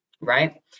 right